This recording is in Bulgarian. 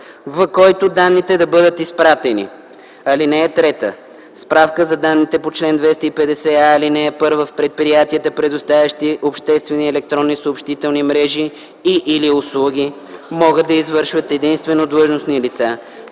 в който данните да бъдат изпратени. (3) Справка за данните по чл. 250а, ал. 1 в предприятията, предоставящи обществени електронни съобщителни мрежи и/или услуги, могат да извършват единствено длъжностни лица,